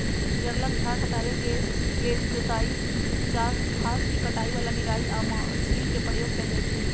जङगल झार हटाबे के लेल जोताई, घास के कटाई, ज्वाला निराई आऽ मल्चिंग के प्रयोग कएल जाइ छइ